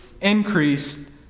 increased